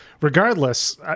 regardless